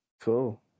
Cool